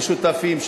משותפים,